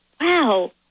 wow